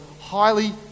highly